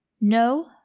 No